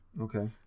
Okay